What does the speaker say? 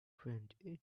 friend